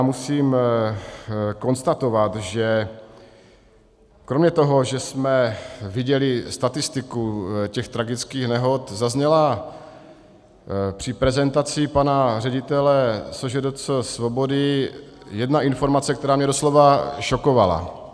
Musím konstatovat, že kromě toho, že jsme viděli statistiku tragických nehod, zazněla při prezentaci pana ředitele SŽDC Svobody jedna informace, která mě doslova šokovala.